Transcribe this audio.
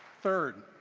third,